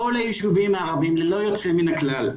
כל היישובים הערבים ללא יוצא מן הכלל,